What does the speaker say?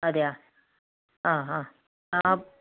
അതെയോ ആ ആ ആ